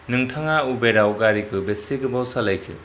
नोंथाङा उबेराव गारिखौ बेसे गोबाव सालायखो